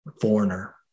foreigner